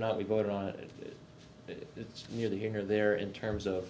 not we voted on it it's nearly here or there in terms of